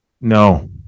No